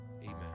Amen